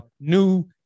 new